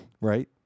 Right